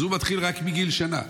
אז הוא מתחיל רק מגיל שנה.